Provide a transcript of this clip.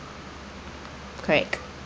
correct